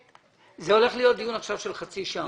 זה הולך להיות עכשיו דיון של חצי שעה.